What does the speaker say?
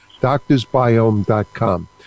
DoctorsBiome.com